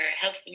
health